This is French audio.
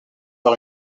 par